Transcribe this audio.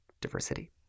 diversity